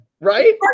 right